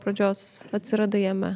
pradžios atsiradai jame